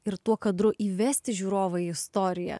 ir tuo kadru įvesti žiūrovą į istoriją